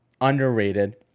underrated